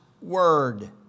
word